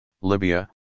Libya